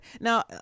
now